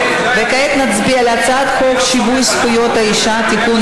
כעת נצביע על הצעת חוק שיווי זכויות האישה (תיקון,